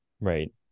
Right